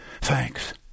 Thanks